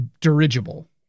dirigible